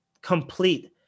complete